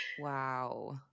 Wow